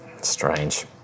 Strange